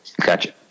Gotcha